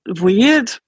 Weird